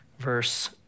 Verse